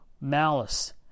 malice